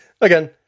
again